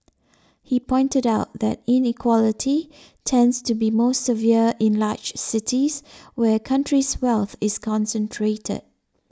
he pointed out that inequality tends to be most severe in large cities where country's wealth is concentrated